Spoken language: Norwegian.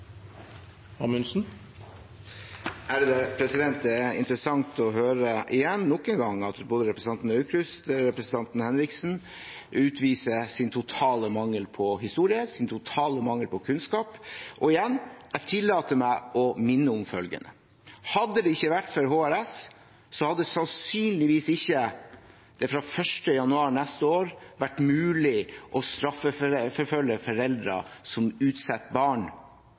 Det er interessant å høre igjen, nok en gang, at både representanten Aukrust og representanten Henriksen utviser total mangel på historie og total mangel på kunnskap. Og igjen – jeg tillater meg å minne om følgende: Hadde det ikke vært for HRS, hadde det sannsynligvis ikke fra 1. januar neste år vært mulig å straffeforfølge foreldre som utsetter barn